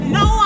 no